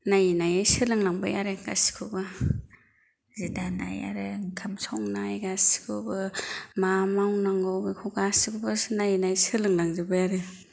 नायै नायै सोलोंलांबाय आरो गासैखौबो जि दानाय आरो ओंखाम संनाय गासैखौबो मा मावनांगौ बेखौ गासैबो नायै नायै सोलोंजोबबाय आरो